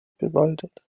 bewaldet